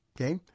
okay